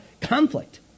conflict